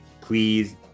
Please